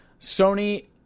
Sony